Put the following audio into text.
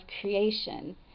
creation